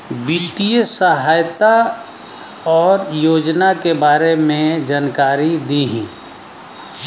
वित्तीय सहायता और योजना के बारे में जानकारी देही?